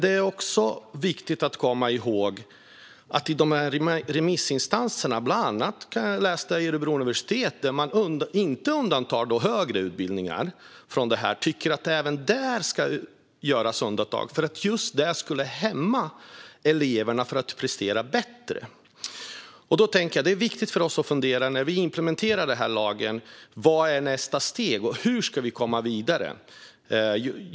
Det är också viktigt att komma ihåg att remissinstanserna, bland andra Örebro universitet, inte undantar högre utbildningar från detta. Att göra undantag skulle hämma eleverna i att prestera bättre. När vi implementerar denna lag är det viktigt för oss att fundera på vad som är nästa steg och hur vi ska komma vidare.